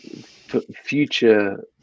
future